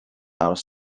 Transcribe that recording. aros